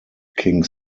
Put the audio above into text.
king